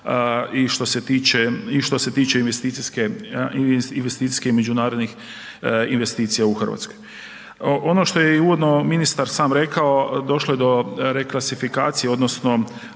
i što se tiče investicijske i međunarodnih investicija u Hrvatskoj. Ono što je i uvodno ministar sam rekao došlo je do reklasifikacije odnosno